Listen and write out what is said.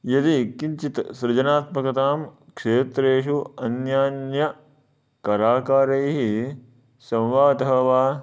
यदि किञ्चित् सृजनात्मकतां क्षेत्रेषु अन्यान्यकलाकारैः संवादः वा